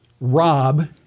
Rob